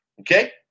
Okay